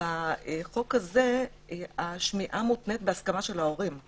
בחוק הזה השמיעה מותנית בהסכמת ההורים;